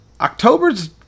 October's